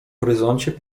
horyzoncie